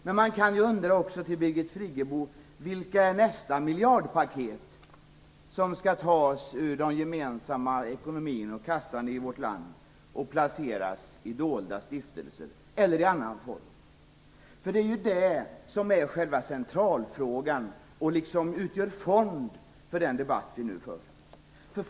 Men man kan också fråga Birgit Friggebo: Vilka är nästa miljardpaket som skall tas ur den gemensamma ekonomin, ur vårt lands kassa, och placeras i dolda stiftelser eller i annan form? Det är ju det som är själva centralfrågan och som utgör en fond för den debatt vi nu för.